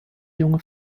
junge